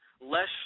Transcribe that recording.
less